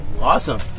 Awesome